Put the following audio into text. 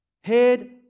head